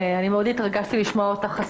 אני מאוד התרגשתי לברך אותך,